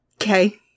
Okay